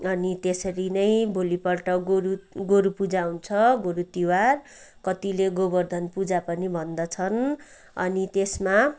अनि त्यसरी नै भोलिपल्ट गोरु गोरु पूजा हुन्छ गोरु तिहार कतिले गोवर्धन पूजा पनि भन्दछन् अनि त्यसमा